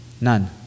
None